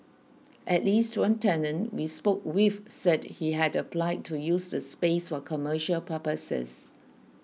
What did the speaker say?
at least one tenant we spoke with said he had applied to use the space for commercial purposes